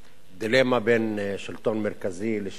הדילמה בין שלטון מרכזי לשלטון